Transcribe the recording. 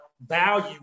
Value